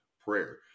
prayer